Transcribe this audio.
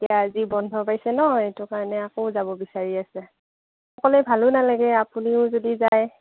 এতিয়া আজি বন্ধ পাইছে ন' সেইটো কাৰণে আকৌ যাব বিচাৰি আছে অকলে ভালো নালাগে আপুনিও যদি যায়